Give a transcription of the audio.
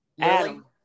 Adam